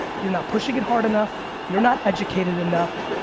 you're not pushing it hard enough, you're not educated enough,